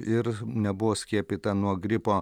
ir nebuvo skiepyta nuo gripo